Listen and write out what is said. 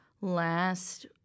last